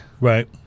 Right